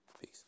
Peace